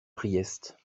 priest